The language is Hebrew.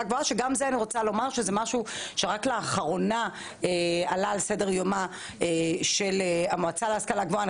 גבוהה שזה משהו שרק לאחרונה עלה על סדר יומה של המועצה להשכלה גבוהה.